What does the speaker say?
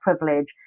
privilege